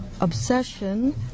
obsession